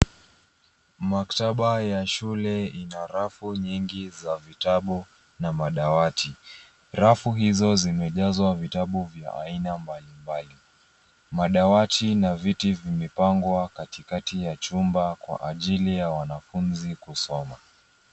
Maktaba ya shule ina rafu nyingi za vitabu na madawati, Rafu hizo zimejazwa vitabu vya aina mbalimbali. Madawati na viti vimepangwa katikati ya chumba kwa ajili ya wanafunzi kusoma.